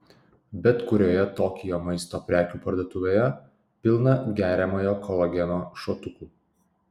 bet kurioje tokijo maisto prekių parduotuvėje pilna geriamojo kolageno šotukų